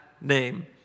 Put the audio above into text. name